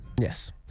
Yes